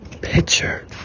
Picture